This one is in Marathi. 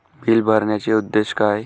बिल भरण्याचे उद्देश काय?